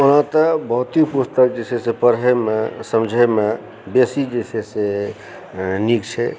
ओना तऽ बहुत भौतिक पोथीसभ जेना पढ़यमे समझयमे बेसी जे छै से निक छै